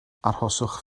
arhoswch